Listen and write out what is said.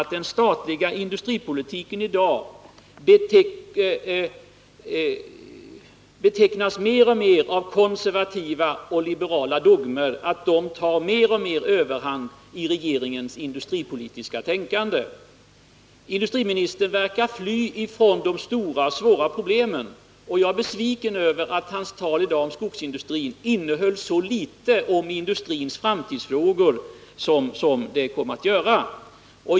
att den statliga industripolitiken i dag innehåller mer och mer av konservativa och liberala dogmer. De tar mer och mer överhand i regeringens industripolitiska tänkande. Industriministern verkar fly från de stora och svåra problemen. Jag är besviken över att hans tal idag om skogsindustrin innehöll så litet om industrins framtidsfrågor som det kom att göra.